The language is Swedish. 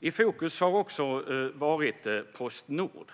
I fokus har också varit Postnord.